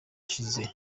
ishize